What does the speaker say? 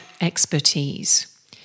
expertise